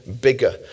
bigger